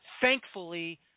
thankfully